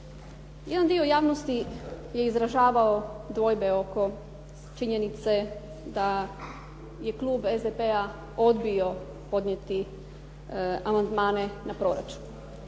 Jedan dio javnosti je izražavao dvojbe oko činjenice da je Klub SDP-a odbio podnijeti amandmane na proračun.